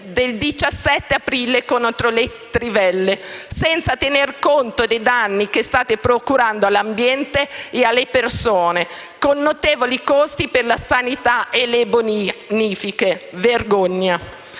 del 17 aprile contro le trivelle, senza tenere conto dei danni che state procurando all'ambiente e alle persone, con notevoli costi per la sanità e le bonifiche. Vergogna.